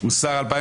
הרוויזיה הוסרה.